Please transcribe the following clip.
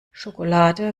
schokolade